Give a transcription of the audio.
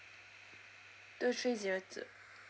two three zero two